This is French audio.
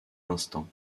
instant